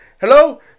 Hello